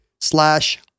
slash